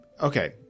Okay